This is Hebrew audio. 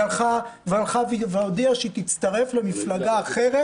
היא הלכה והודיעה שהיא תצטרף למפלגה אחרת